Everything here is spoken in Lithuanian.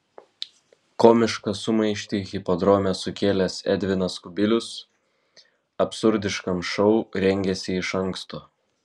komišką sumaištį hipodrome sukėlęs edvinas kubilius absurdiškam šou rengėsi iš anksto